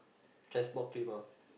chest box cliff ah